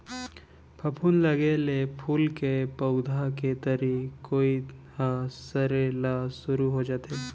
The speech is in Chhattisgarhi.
फफूंद लगे ले फूल के पउधा के तरी कोइत ह सरे ल सुरू हो जाथे